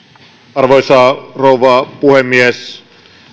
arvoisa rouva puhemies